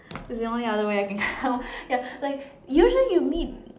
is the only other way I can come ya like usually you meet